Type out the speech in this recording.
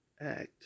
act